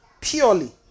purely